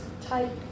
type